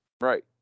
Right